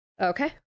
Okay